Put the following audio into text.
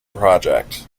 project